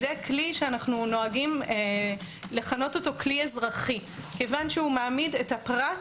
זה כלי שאנו נוהגים לכנותו כלי אזרחי כי מעמיד את הפרט,